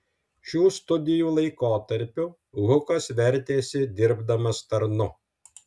šių studijų laikotarpiu hukas vertėsi dirbdamas tarnu